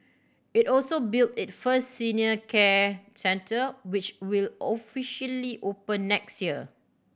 it also built it first senior care centre which will officially open next year